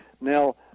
Now